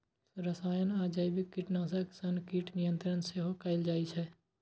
रसायन आ जैविक कीटनाशक सं कीट नियंत्रण सेहो कैल जाइ छै